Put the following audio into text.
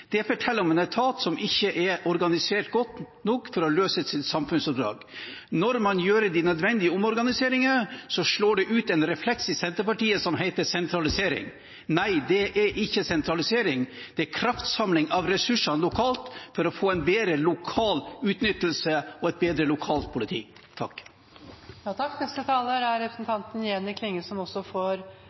Det forteller om en etat som ikke er organisert godt nok for å løse sitt samfunnsoppdrag. Når man gjør de nødvendige omorganiseringene, slår det ut en refleks i Senterpartiet som heter sentralisering. Nei, det er ikke sentralisering. Det er en kraftsamling av ressursene lokalt for å få en bedre lokal utnyttelse og et bedre lokalt politi. Representanten Jenny Klinge har også hatt ordet to ganger tidligere og får